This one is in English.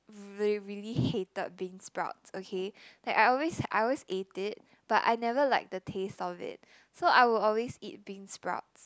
re~ really hated beansprouts okay like I always I always ate it but I never like the taste of it so I would always eat beansprouts